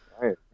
Right